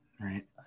Right